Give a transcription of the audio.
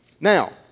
Now